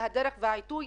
הדרך והעיתוי,